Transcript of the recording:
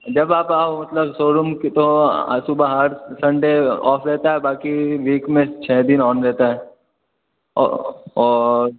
जब आप आओ मतलब शौरूम तो सुबह हर संडे ऑफ रहता है बाकि वीक में छः दिन ऑन रहता है और